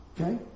Okay